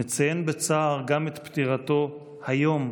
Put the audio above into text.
נציין בצער גם את פטירתו היום,